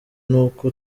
n’uko